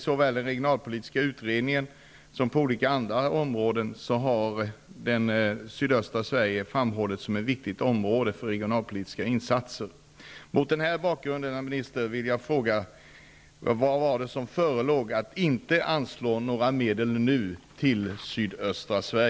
Såväl i den regionalpolitiska utredningen som på andra områden har sydöstra Sverige framhållits som ett viktigt område för regionalpolitiska insatser.